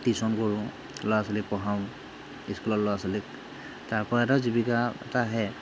tuition কৰোঁ ল'ৰা ছোৱালীক পঢ়াওঁ স্কুলীয়া ল'ৰা ছোৱালীক তাৰপৰাও এটা জীৱিকা এটা আহে